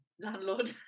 Landlord